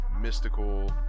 mystical